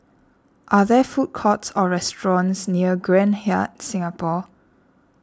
are there food courts or restaurants near Grand Hyatt Singapore